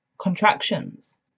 contractions